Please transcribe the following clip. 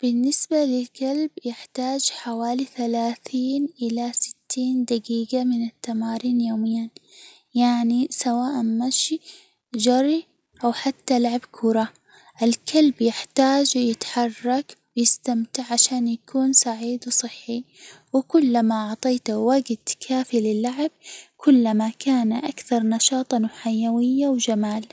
بالنسبة للكلب، يحتاج حوالي ثلاثين إلى ستين دجيجة من التمارين يوميًا، يعني سواءً مشي، جري، أو حتى لعب كرة، الكلب يحتاج يتحرك، ويستمتع عشان يكون سعيد وصحي، وكلما أعطيته وجت كافي للعب، كلما كان أكثر نشاطًا، حيوية، وجمال.